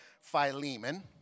Philemon